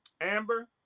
Amber